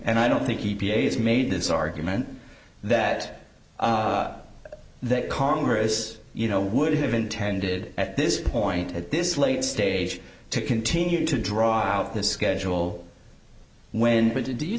and i don't think e p a has made this argument that that congress you know would have intended at this point at this late stage to continue to draw out this schedule when do you